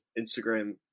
Instagram